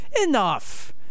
Enough